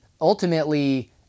ultimately